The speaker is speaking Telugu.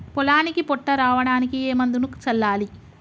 పొలానికి పొట్ట రావడానికి ఏ మందును చల్లాలి?